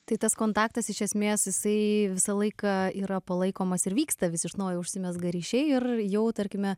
tai tas kontaktas iš esmės jisai visą laiką yra palaikomas ir vyksta vis iš naujo užsimezga ryšiai ir jau tarkime